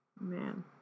Man